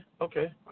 okay